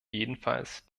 jedenfalls